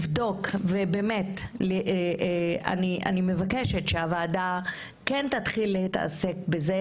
אני מבקשת שהוועדה כן תתחיל לעסוק בזה,